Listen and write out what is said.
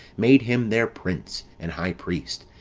made him their prince and high priest,